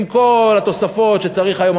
עם כל התוספות שצריך היום,